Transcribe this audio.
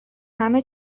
همه